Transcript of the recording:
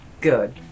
good